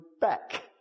back